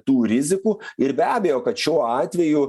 tų rizikų ir be abejo kad šiuo atveju